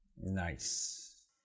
Nice